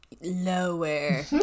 Lower